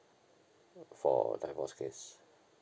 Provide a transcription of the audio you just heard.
for divorce case